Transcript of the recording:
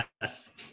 Yes